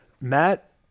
Matt